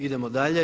Idemo dalje.